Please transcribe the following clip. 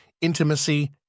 intimacy